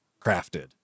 crafted